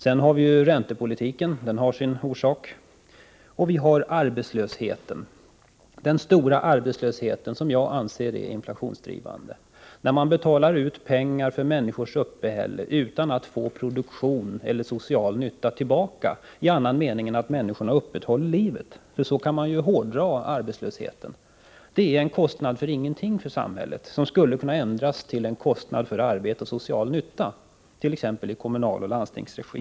Sedan har vi räntepolitiken, som har sin orsak. Vi har också den stora arbetslösheten, som jag anser vara inflationsdrivande. Samhället betalar ut pengar för människors uppehälle utan att få produktion eller social nytta tillbaka i annan mening än att människorna uppehåller livet — för så kan man ju hårdra begreppet arbetslöshet. Det är en kostnad för ingenting för samhället, och den kostnaden skulle kunna ändras till en kostnad för arbete och social nytta, t.ex. i kommunal regi och landstingsregi.